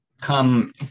come